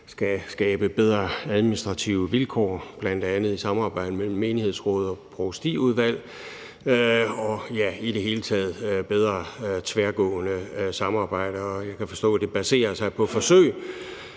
skal skabe bedre administrative vilkår, bl.a. i et samarbejde mellem menighedsråd og provstiudvalg, og i det hele taget bedre tværgående samarbejder. Jeg kan forstå, at det baserer sig på forsøg